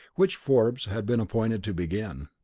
which forbes had been appointed to begin.